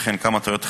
וכן כמה טעויות כתיב,